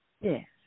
yes